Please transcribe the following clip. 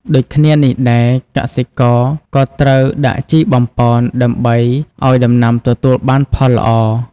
ដូចគ្នានេះដែរ កសិករក៏ត្រូវដាក់ជីបំប៉ន ដើម្បីឲ្យដំណាំទទួលបានផលល្អ។